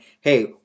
hey